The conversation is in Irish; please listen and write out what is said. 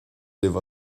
libh